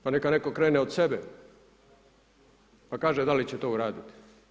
Pa neka netko krene od sebe pa kaže da li će to uraditi.